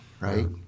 right